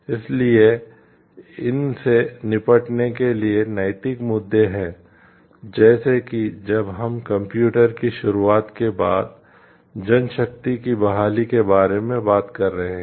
इसलिए इन से निपटने के लिए नैतिक मुद्दे हैं जैसे कि जब हम कंप्यूटर की शुरूआत के बाद जनशक्ति की बहाली के बारे में बात कर रहे हैं